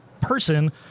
person